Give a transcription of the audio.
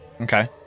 Okay